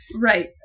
right